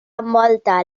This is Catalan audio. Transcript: envolta